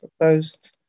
proposed